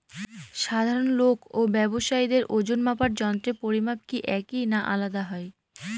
সাধারণ লোক ও ব্যাবসায়ীদের ওজনমাপার যন্ত্রের পরিমাপ কি একই না আলাদা হয়?